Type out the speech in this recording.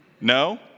No